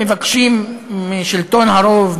מבקשים משלטון הרוב,